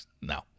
no